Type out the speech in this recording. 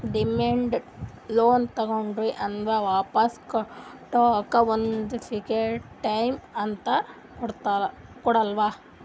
demand loan ತಗೋಂಡ್ರ್ ಅದು ವಾಪಾಸ್ ಕೊಡ್ಲಕ್ಕ್ ಒಂದ್ ಫಿಕ್ಸ್ ಡೇಟ್ ಅಂತ್ ಕೊಡಲ್ಲ